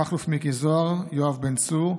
מכלוף מיקי זוהר, יואב בן צור,